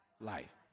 life